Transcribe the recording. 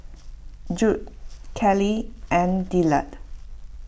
Judd Kiley and Dillard